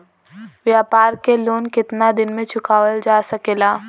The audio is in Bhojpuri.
व्यापार के लोन कितना दिन मे चुकावल जा सकेला?